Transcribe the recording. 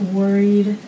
worried